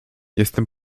jestem